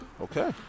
Okay